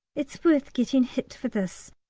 it's worth getting hit for this,